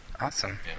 awesome